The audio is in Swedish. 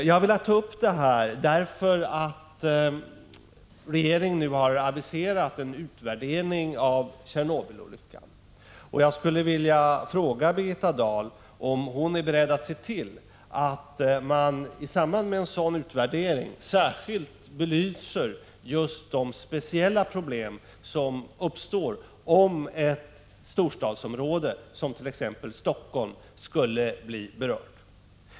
Jag har velat ta upp det här därför att regeringen nu har aviserat en utvärdering av Tjernobylolyckan. Jag skulle vilja fråga Birgitta Dahl om hon är beredd att se till att man i samband med en sådan utvärdering särskilt belyser just de speciella problem som uppstår om ett storstadsområde —t.ex. Helsingfors — skulle bli berört.